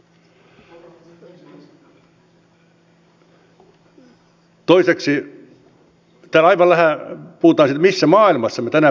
toiseksi täällä aika vähän puhutaan siitä missä maailmassa me tänä päivänä elämme